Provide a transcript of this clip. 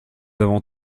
avons